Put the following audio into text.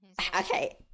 Okay